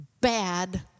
bad